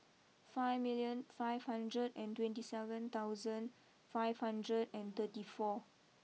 five million five hundred and twenty seven thousand five hundred and thirty four